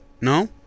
No